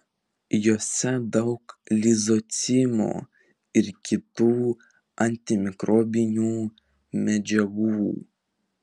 jose daug lizocimo ir kitų antimikrobinių medžiagų